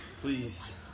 Please